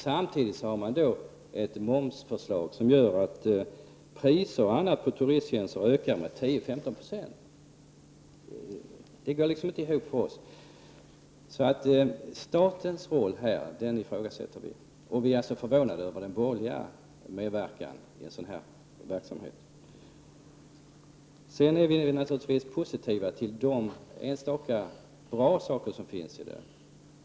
Samtidigt finns det ett momsförslag som gör att priser osv. på turisttjänster ökar med 10—15 96. Det går inte ihop för oss. Vi ifrågasätter statens roll här. Vi är alltså förvånade över den borgerliga medverkan i en sådan verksamhet. Vi är naturligtvis positiva till de enstaka bra förslag som finns.